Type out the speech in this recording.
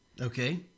okay